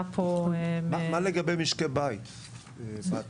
מה לגבי משקי בית בעתיד?